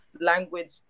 language